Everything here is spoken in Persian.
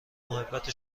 محبت